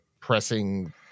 pressing